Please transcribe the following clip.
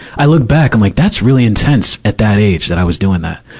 i look back i'm like, that's really intense at that age that i was doing that.